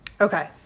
Okay